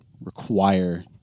require